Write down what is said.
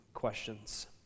questions